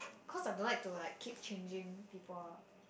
cause I don't like to like keep changing people ah